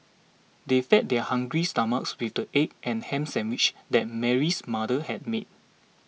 they fed their hungry stomachs with the egg and ham sandwiches that Mary's mother had made